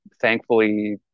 thankfully